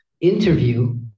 interview